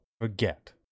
Forget